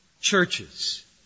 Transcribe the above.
churches